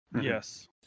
Yes